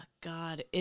God